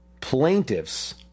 plaintiff's